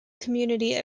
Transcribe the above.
community